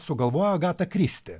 sugalvojo agata kristi